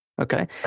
Okay